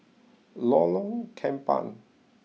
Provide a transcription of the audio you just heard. Lorong Kembang